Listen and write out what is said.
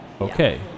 Okay